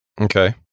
Okay